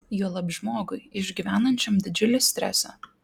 juolab žmogui išgyvenančiam didžiulį stresą